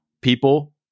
people